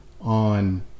on